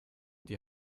die